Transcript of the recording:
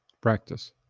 practice